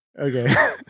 Okay